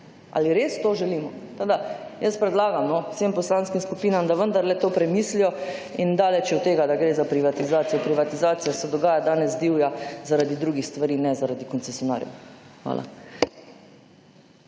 ali res to želimo. Tako, ad jaz predlagam vsem poslanskim skupinam ,da vendarle to premislijo. In daleč je od tega, da gre za privatizacijo. Privatizacija se dogaja danes divja zaradi drugih stvari ne zaradi koncesionarjev. Hvala.